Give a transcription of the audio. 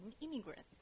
immigrants